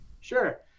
Sure